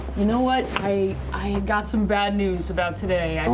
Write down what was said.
you know what, i i got some bad news about today,